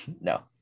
no